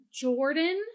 Jordan